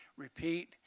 repeat